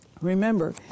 Remember